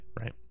right